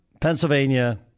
Pennsylvania